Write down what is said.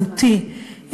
מהותי,